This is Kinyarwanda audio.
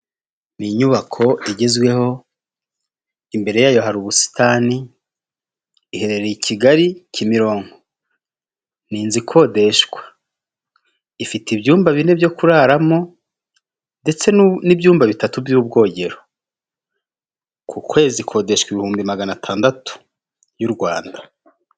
Ni nyubako igezweho imbere yayo hari ubusitani iherereye i Kigali kimironko ni inzu ikodeshwa ifite ibyumba bine byo kuraramo n'ibyumba bitatu by'ubwogero ku kwezi ikodeshwa ibihumbi magana atandatu y'u Rwanda.